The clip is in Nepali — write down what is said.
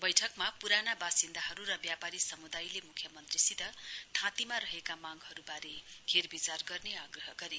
बैठकमा पुराना वासिन्दाहरु र व्यापारी समुदायले मुख्यमन्त्रीसित थाँतीमा रहेका मांगहरुवारे हेरविचार गर्ने आग्रह गरे